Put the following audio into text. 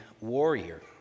warrior